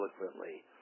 eloquently